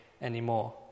anymore